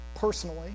personally